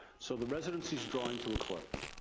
so, the residency's drawing to a close,